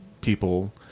people